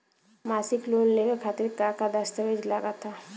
मसीक लोन लेवे खातिर का का दास्तावेज लग ता?